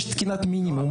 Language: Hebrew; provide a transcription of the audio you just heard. יש תקינת מינימום.